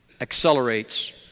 accelerates